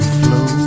flow